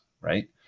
Right